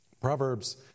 Proverbs